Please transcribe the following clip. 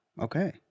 okay